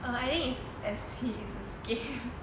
err I think it's as